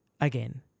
again